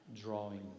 drawing